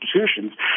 institutions